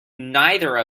neither